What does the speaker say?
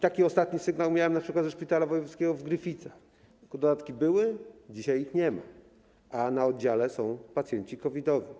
Taki ostatni sygnał miałem np. ze szpitala wojewódzkiego w Gryficach, gdzie dodatki były, dzisiaj ich nie ma, a na oddziale są pacjenci COVID-owi.